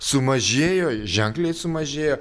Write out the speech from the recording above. sumažėjo ženkliai sumažėjo